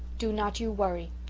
do not you worry.